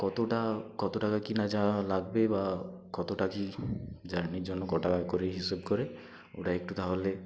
কতটা কত টাকা কী না যা লাগবে বা কতটা কী জার্নির জন্য ক টাকা করে হিসেব করে ওটা একটু তাহলে